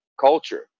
culture